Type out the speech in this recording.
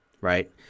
Right